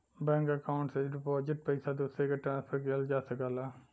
bank account से deposit पइसा दूसरे के ट्रांसफर किहल जा सकला